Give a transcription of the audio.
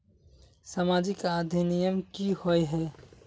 सामाजिक अधिनियम की होय है?